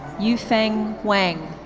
yufeng wang.